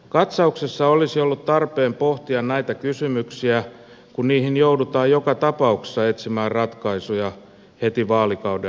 katsauksessa olisi ollut tarpeen pohtia näitä kysymyksiä kun niihin joudutaan joka tapauksessa etsimään ratkaisuja heti vaalikauden alussa